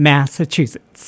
Massachusetts